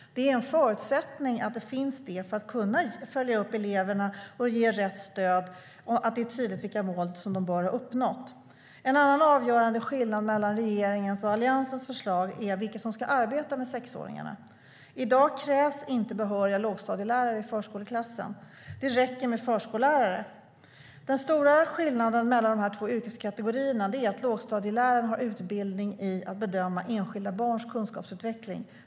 Det är en förutsättning för att kunna följa upp eleverna och ge rätt stöd att det är tydligt vilka mål som de bör ha uppnått. En annan avgörande skillnad mellan regeringens och Alliansens förslag är vilka som ska arbeta med sexåringarna. I dag krävs inte behöriga lågstadielärare i förskoleklassen. Det räcker med förskollärare. Den stora skillnaden mellan de två yrkeskategorierna är att lågstadieläraren har utbildning i att bedöma enskilda barns kunskapsutveckling.